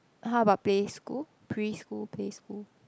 how about pay school preschool pay school